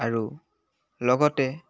আৰু লগতে